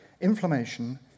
Inflammation